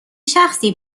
شخصی